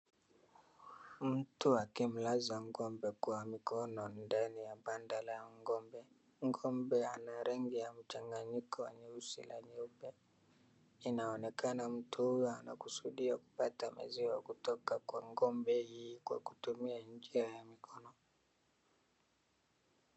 Mtu akimlaza ngombe kwa mikono ndani ya banda la ngombe. Ngombe ana rangi ya mchanganyiko nyeusi na nyeupe. Inaonekana mtu huyu anakusudia kupata maziwa kutoka kwa ngombe hii kwa kutumia njia ya mkono.